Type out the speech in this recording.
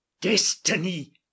destiny